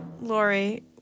Lori